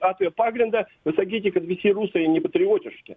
atvejo pagrindą sakyti kad visi rusai nepatriotiški